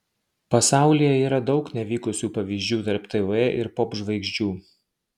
pasaulyje yra daug nevykusių pavyzdžių tarp tv ir popžvaigždžių